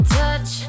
touch